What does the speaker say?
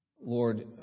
Lord